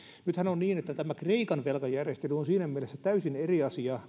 nythän on niin että tämä kreikan velkajärjestely on siinä mielessä täysin eri asia